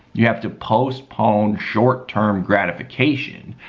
you have to postpone short term gratification,